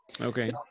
Okay